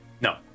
No